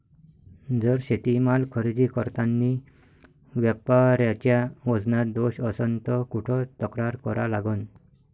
जर शेतीमाल खरेदी करतांनी व्यापाऱ्याच्या वजनात दोष असन त कुठ तक्रार करा लागन?